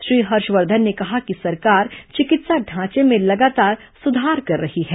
श्री हर्षवर्धन ने कहा कि सरकार चिकित्सा ढांचे में लगातार सुधार कर रही है